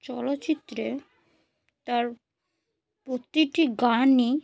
চলচ্চিত্রে তার প্রতিটি গানই